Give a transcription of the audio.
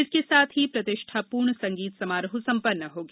इसके साथ ही प्रतिष्ठापूर्ण संगीत समारोह संपन्न हो गया